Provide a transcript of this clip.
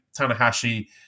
Tanahashi